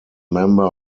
member